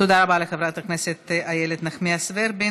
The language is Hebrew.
תודה רבה לחברת הכנסת איילת נחמיאס ורבין.